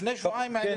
לפני שבועיים.